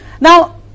Now